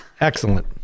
excellent